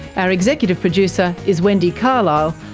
our executive producer is wendy carlisle.